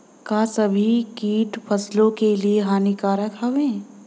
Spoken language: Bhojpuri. का सभी कीट फसलों के लिए हानिकारक हवें?